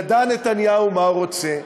ידע נתניהו מה הוא רוצה,